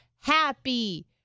happy